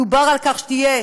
דובר על כך שתהיה